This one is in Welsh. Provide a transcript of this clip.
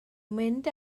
mynd